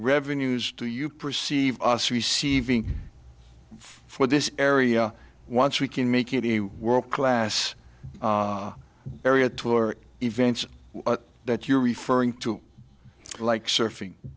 revenues do you perceive us receiving for this area once we can make it a world class area tour events that you're referring to like surfing